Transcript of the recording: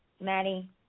Maddie